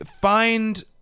find